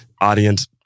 Audience